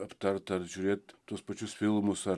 aptart ar žiūrėt tuos pačius filmus ar